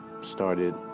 Started